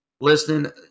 listening